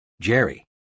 jerry